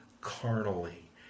carnally